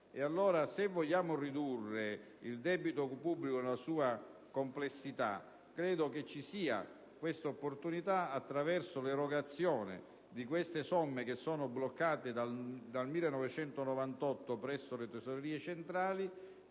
se vogliamo ridurre il debito pubblico nel suo complesso, credo ne abbiamo l'opportunità attraverso l'erogazione delle somme bloccate dal 1998 presso le tesorerie centrali.